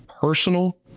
personal